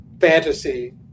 fantasy